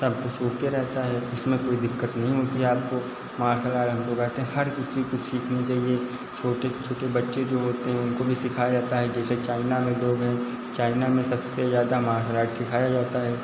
सब कुछ ओके रहता है इसमें कोई दिक्कत नहीं होती आपको मार्सल आर्ट हम तो कहते हैं हर किसी को सीखने चाहिए छोटे से छोटे बच्चे जो होते हैं उनको भी सिखाया जाता है जैसे चाइना में लोग हैं चाइना में सबसे ज़्यादा मार्सल आर्ट सिखाया जाता है